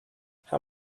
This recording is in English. how